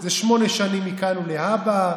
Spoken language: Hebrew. זה שמונה שנים מכאן ולהבא.